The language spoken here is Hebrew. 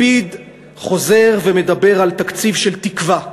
לפיד חוזר ומדבר על תקציב של תקווה,